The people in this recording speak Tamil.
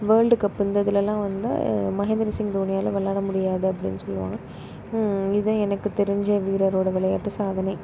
வேர்ல்டு கப் இந்த இதுலலாம் வந்து மகேந்திர சிங் தோனியால் விளையாட முடியாது அப்படின்னு சொல்லுவாங்க இதான் எனக்கு தெரிஞ்ச வீரரோட விளையாட்டு சாதனை